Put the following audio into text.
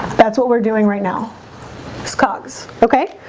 that's what we're doing right now this cogs. okay.